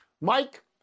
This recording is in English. Mike